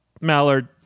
Mallard